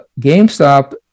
GameStop